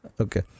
okay